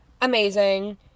Amazing